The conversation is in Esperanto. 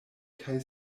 kaj